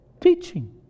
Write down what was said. teaching